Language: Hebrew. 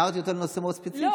השארתי אותו לנושא מאוד ספציפי.